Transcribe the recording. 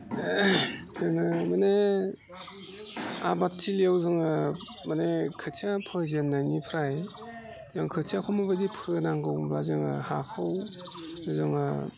आङो माने आबादथिलियाव जोङो माने खोथिया फोजेननायनिफ्राय जों खोथियाखौ माबायदि फोनांगौ होनबा जोङो हाखौ जोङो